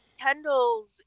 Kendall's